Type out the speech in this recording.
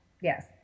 Yes